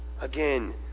again